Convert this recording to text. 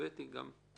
והיא גם מבצעת.